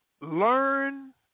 learn